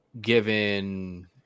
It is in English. given